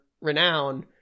renown